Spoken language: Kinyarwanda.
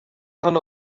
kanda